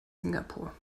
singapur